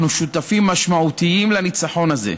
אנחנו שותפים משמעותיים לניצחון הזה.